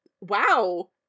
wow